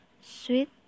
Sweet